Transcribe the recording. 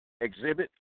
exhibit